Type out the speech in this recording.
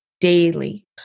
daily